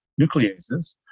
nucleases